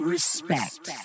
Respect